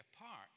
apart